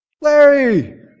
Larry